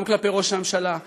גם כלפי ראש הממשלה,